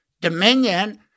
Dominion